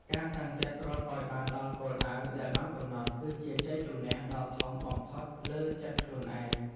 ការតាំងចិត្តរត់ឱ្យបានដល់គោលដៅដែលបានកំណត់ គឺជាជ័យជម្នះដ៏ធំបំផុតលើចិត្តខ្លួនឯង។